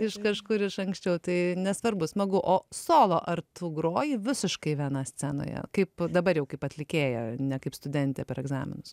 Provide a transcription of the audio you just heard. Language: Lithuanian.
iš kažkur iš anksčiau tai nesvarbu smagu o solo ar tu groji visiškai viena scenoje kaip dabar jau kaip atlikėja ne kaip studentė per egzaminus